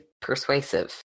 persuasive